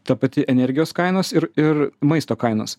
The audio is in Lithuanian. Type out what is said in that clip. ta pati energijos kainos ir ir maisto kainos